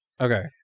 Okay